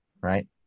right